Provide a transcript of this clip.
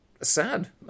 sad